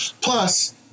Plus